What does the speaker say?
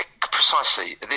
Precisely